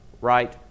right